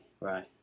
right